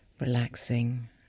relaxing